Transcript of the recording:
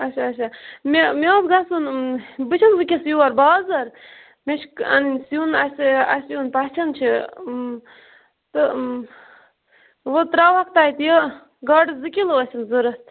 اچھا اچھا مےٚ مےٚ اوس گَژھُن بہٕ چھَس ونکیٚس یور بازَر مےٚ چھ انن سیُن اَسہِ اَسہِ یُن پَژھیٚن چھُ تہٕ وۄنۍ تراوہَکھ تَتہِ گاڈٕ زِٕ کِلوٗ ٲسِم ضرورت